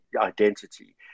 identity